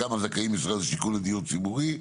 כמה זכאי משרד השיכון לדיור ציבורי,